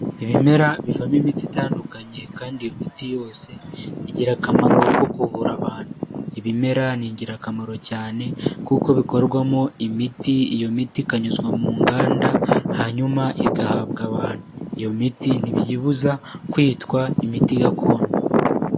Ibimera bivamo imiti itandukanye kandi iyo miti yose igira akamaro ko kuvura abantu. Ibimera ni ingirakamaro cyane, kuko bikorwamo imiti iyo miti ikanyuzwa mu nganda hanyuma igahabwa abantu. Iyo miti ntibiyibuza kwitwa imiti gakondo.